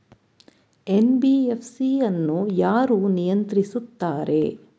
NBFC ಅನ್ನು ಯಾರು ನಿಯಂತ್ರಿಸುತ್ತಾರೆ?